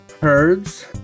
Herds